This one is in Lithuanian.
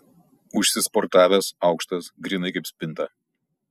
užsisportavęs aukštas grynai kaip spinta